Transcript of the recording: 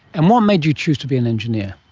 and what made you choose to be an engineer?